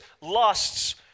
lusts